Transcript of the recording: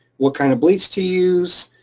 what kind of bleach to use,